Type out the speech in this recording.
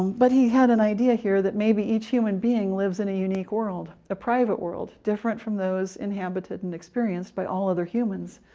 but he had an idea here that maybe each human being lives in a unique world, a private world different from those inhabited and experienced by all other humans.